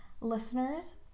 Listeners